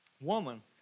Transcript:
woman